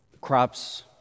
Crops